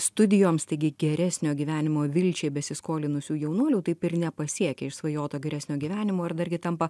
studijoms taigi geresnio gyvenimo vilčiai besiskolinusių jaunuolių taip ir nepasiekė išsvajoto geresnio gyvenimo ir dargi tampa